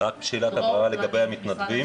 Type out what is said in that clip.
שאלת הבהרה לגבי המתנדבים